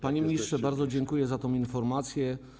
Panie ministrze, bardzo dziękuję za tę informację.